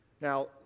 Now